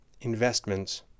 Investments